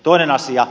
toinen asia